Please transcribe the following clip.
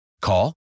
Call